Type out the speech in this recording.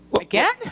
Again